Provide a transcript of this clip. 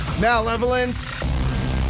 Malevolence